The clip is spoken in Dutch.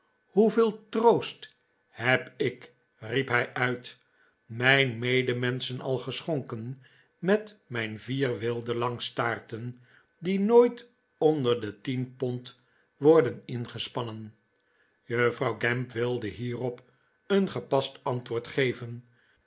hoeveel troost heb ik riep hij uit mijh medemenschen al geschonken met mijn vier wilde langstaarten die nooit onder de tien pond worden ingespannen juffrouw gamp wilde hierop een gepast antwoord geven